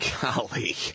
Golly